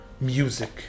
music